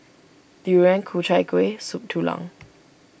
Durian Ku Chai Kuih Soup Tulang